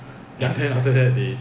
ya then after that they